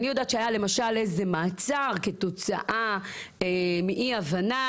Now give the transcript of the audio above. אני יודעת שהיה למשל איזה מעצר כתוצאה מאי הבנה